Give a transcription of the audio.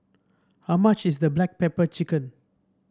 how much is the Black Pepper Chicken